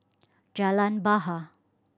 Jalan Bahar